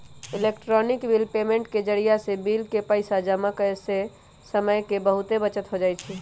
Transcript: electronic bill payment के जरियासे bill के पइसा जमा करेयसे समय के बहूते बचत हो जाई छै